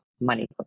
Money